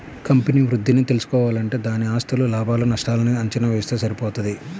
company వృద్ధిని తెల్సుకోవాలంటే దాని ఆస్తులు, లాభాలు నష్టాల్ని అంచనా వేస్తె సరిపోతది